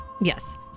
Yes